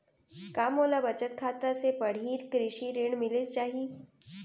का मोला बचत खाता से पड़ही कृषि ऋण मिलिस जाही?